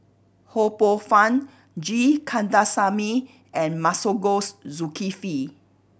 Ho Poh Fun G Kandasamy and Masagos Zulkifli